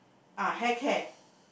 ah hair care